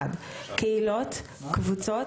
קהילות, קבוצות